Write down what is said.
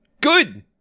good